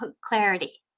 clarity